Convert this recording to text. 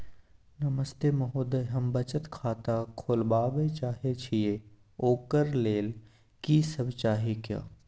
नमस्ते महोदय, हम बचत खाता खोलवाबै चाहे छिये, ओकर लेल की सब चाही?